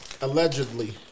Allegedly